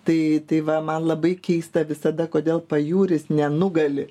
tai tai va man labai keista visada kodėl pajūris nenugali